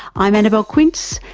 i'm annabelle quince.